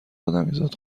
ادمیزاد